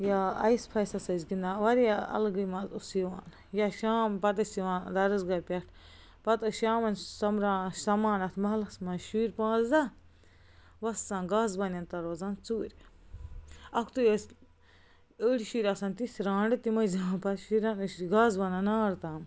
یا آیِس پھایِسَس ٲسۍ گِنٛدان واریاہ الگٕے مَزٕ اوس یِوان یا شام پتہٕ ٲسۍ یِوان درسگاہ پٮ۪ٹھ پتہٕ ٲسۍ شامن سوٚمبراوان سَمان اَتھ محلس منٛز شُرۍ پانٛژھ دَہ وَسان گاسہٕ بَنٮ۪ن تَل روزان ژوٗرِ اَکھتُے ٲسی أڑۍ شُرۍ آسان تِتھ رانٛڈٕ تِم ٲسۍ دِوان پتہٕ شُرٮ۪ن گاسہٕ بَنن نار تام